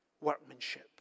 workmanship